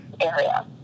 area